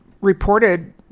reported